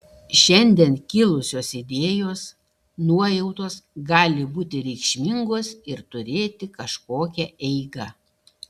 šiandien kilusios idėjos nuojautos gali būti reikšmingos ir turėti kažkokią eigą